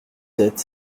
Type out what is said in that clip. sept